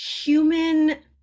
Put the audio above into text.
human